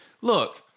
Look